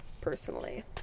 Personally